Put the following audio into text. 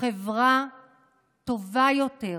חברה טובה יותר,